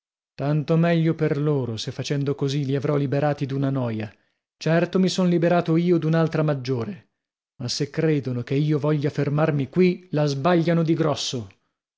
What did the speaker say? tanto meglio per loro se facendo così li avrò liberati d'una noia certo mi son liberato io d'un'altra maggiore ma se credono che io voglia fermarmi qui la sbagliano di grosso